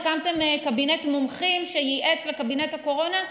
הקמתם קבינט מומחים שייעץ לקבינט הקורונה,